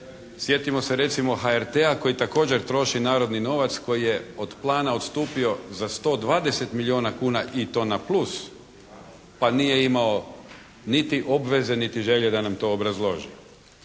Sjetimo se recimo HRT-a koji također troši narodni novac koji je od plana odstupio za 120 milijuna kuna i to na plus pa nije imao niti obveze niti želje da nam to obrazloži.